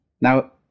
Now